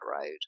road